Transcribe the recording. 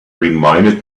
reminded